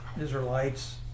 Israelites